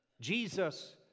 Jesus